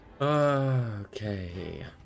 okay